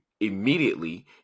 Immediately